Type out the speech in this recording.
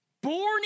born